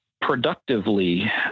productively